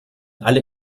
alle